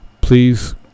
please